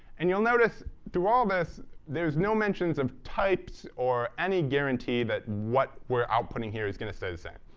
and you'll notice through all this there is no mentions of types or any guarantee that what we're outputting here is going to stay the same.